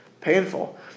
painful